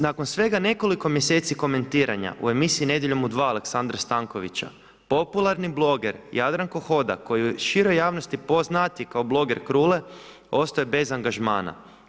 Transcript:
Nakon svega nekoliko mjeseci komentiranja u emisiji „Nedjeljom u 2“ Aleksandra Stankovića popularni bloger Jadranko Hodak koji je široj javnosti poznatiji kao bloger Krule ostao je bez angažmana.